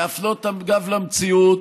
להפנות את הגב למציאות